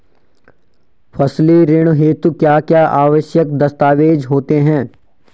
फसली ऋण हेतु क्या क्या आवश्यक दस्तावेज़ होते हैं?